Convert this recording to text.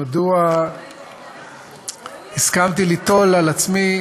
מדוע הסכמתי ליטול על עצמי